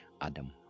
Adam